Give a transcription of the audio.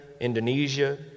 Indonesia